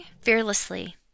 Fearlessly